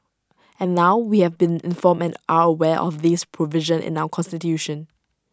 and now we have been informed and are aware of this provision in our Constitution